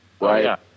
right